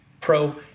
pro